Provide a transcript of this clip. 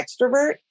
extrovert